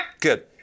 good